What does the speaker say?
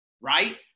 right